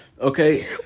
okay